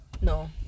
No